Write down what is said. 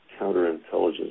counterintelligence